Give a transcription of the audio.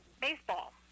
baseball